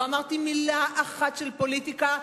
לא אמרתי מלה אחת של פוליטיקה,